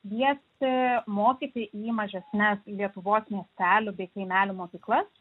šviesti mokyti į mažesnes lietuvos miestelių bei kaimelių mokyklas